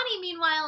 meanwhile